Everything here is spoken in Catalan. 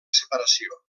separació